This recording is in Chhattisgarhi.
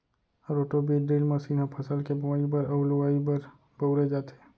रोटो बीज ड्रिल मसीन ह फसल के बोवई बर अउ लुवाई बर बउरे जाथे